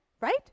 right